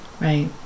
Right